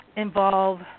involve